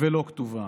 לא התבולל,